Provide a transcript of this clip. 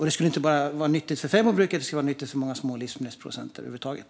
Det skulle vara bra inte bara för fäbodbruket utan för många små livsmedelsproducenter i allmänhet.